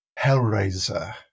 Hellraiser